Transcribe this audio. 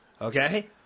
Okay